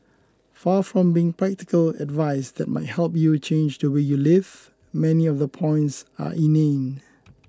far from being practical advice that might help you change the way you live many of the points are inane